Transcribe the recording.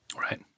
Right